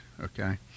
okay